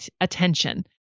attention